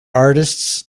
artists